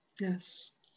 Yes